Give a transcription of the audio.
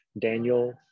Daniel